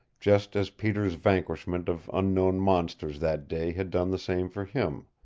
just as peter's vanquishment of unknown monsters that day had done the same for him.